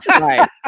Right